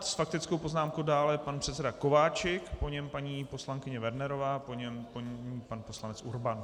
S faktickou poznámkou dále pan předseda Kováčik, po něm paní poslankyně Wernerová, po ní pan poslanec Urban.